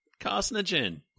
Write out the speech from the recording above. Carcinogen